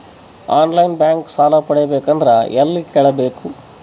On line bank ಸಾಲ ಪಡಿಬೇಕಂದರ ಎಲ್ಲ ಕೇಳಬೇಕು?